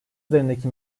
üzerindeki